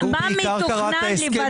מה מתוכנן לבצע?